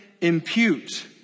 impute